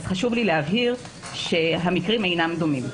אז חשוב לי להבהיר שהמקרים אינם דומים.